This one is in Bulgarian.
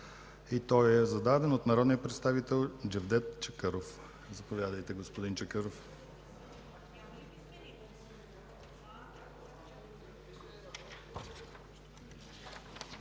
Той е зададен от народния представител Джевдет Чакъров. Заповядайте, господин Чакъров.